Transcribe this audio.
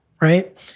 right